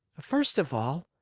first of all,